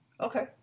Okay